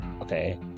okay